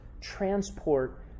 transport